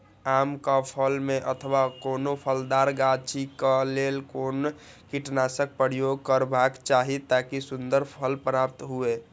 आम क फल में अथवा कोनो फलदार गाछि क लेल कोन कीटनाशक प्रयोग करबाक चाही ताकि सुन्दर फल प्राप्त हुऐ?